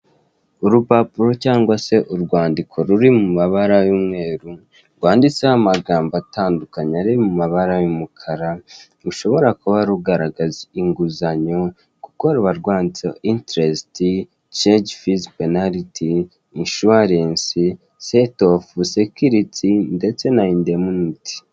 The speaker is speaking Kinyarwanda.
Urupapuro cyangwa se urwandiko ruri mu mabara y'umweru rwanditseho amagambo atandukanye ari mu mabara y'umukara rushobora kuba rugaragaza inguzanyo kuko ruba rwanditseho interesiti, sheke fizi penariti, ishuwarensi, seti ofu sekiriti ndetse na indemuniti.